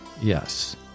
Yes